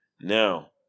Now